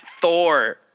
Thor